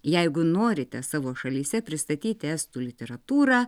jeigu norite savo šalyse pristatyti estų literatūrą